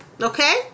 Okay